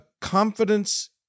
confidence